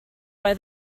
why